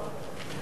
אני המשיבון תורן.